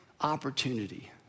opportunity